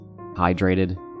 hydrated